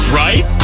right